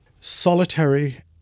solitary